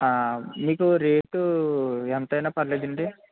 మీకు రేటు ఎంత అయినా పర్వాలేదా అండి